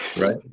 Right